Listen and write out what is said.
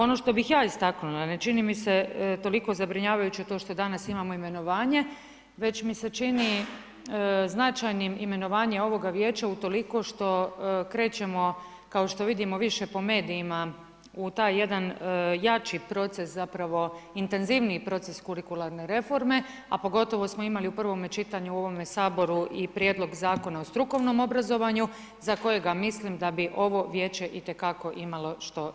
Ono što bih ja istaknula, ne čini mi se toliko zabrinjavajuće to što danas imamo imenovanje već mise čini značajnim imenovanje ovoga vijeća utoliko što krećemo kao što vidimo više po medijima u taj jedan jači proces, intenzivniji proces kurikularne reforme a pogotovo smo imali u prvome čitanju u ovome Saboru i prijedlog zakona o strukovnom obrazovanju za kojega mislim da bi ovo vijeće itekako imalo što za reći.